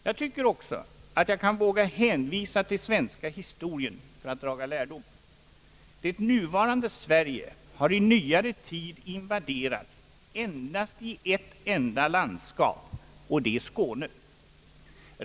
Jag tycker också att jag kan våga hänvisa till svenska historien för att draga lärdom, Det nuvarande Sverige har i nyare tid invaderats endast i ett enda landskap, och det är Skåne.